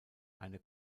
eine